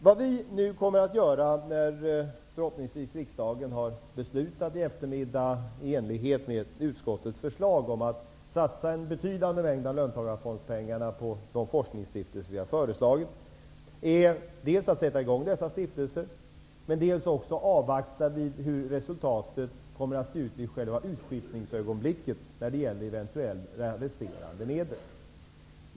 Vad vi nu kommer att göra, när riksdagen i eftermiddag förhoppningsvis har beslutat i enlighet med utskottets förslag om att satsa en betydande mängd av löntagarfondspengarna på de forskningsstiftelser regeringen har föreslagit, är dels att sätta i gång dessa stiftelser, dels avvakta hur resultatet kommer att se ut i själva utskiftningsögonblicket när det gäller eventuella resterande medel.